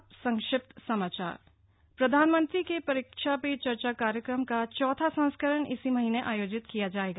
अब संक्षिप्त समाचार प्रधानमंत्री के परीक्षा पे चर्चा कार्यक्रम का चौथा संस्करण इसी महीने आयोजित किया जाएगा